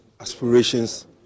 aspirations